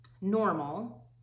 normal